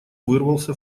вырвался